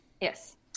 Yes